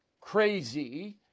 crazy